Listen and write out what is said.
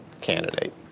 candidate